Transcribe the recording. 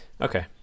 okay